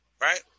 right